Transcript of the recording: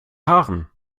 haaren